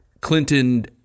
clinton